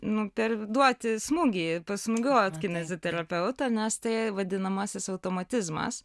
nu duoti smūgį pasmūgiuot kinezi terapeutą nes tai vadinamasis automatizmas